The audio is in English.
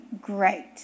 great